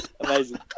Amazing